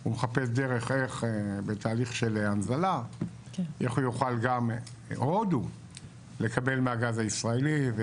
הוא מחפש דרך איך בתהליך של הנזלה הוא יוכל גם לקבל מהגז הישראלי,